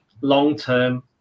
long-term